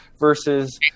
versus